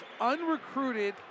unrecruited